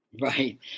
Right